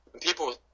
people